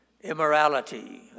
immorality